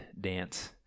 dance